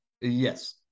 Yes